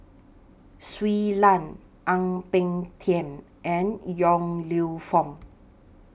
Shui Lan Ang Peng Tiam and Yong Lew Foong